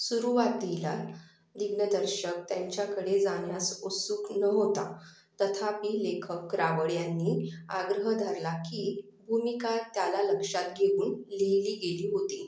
सुरुवातीला दिग्नदर्शक त्यांच्याकडे जाण्यास उत्सुक नव्हता तथापि लेखक रावळ यांनी आग्रह धरला की भूमिका त्याला लक्षात घेऊन लिहिली गेली होती